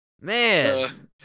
man